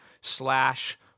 slash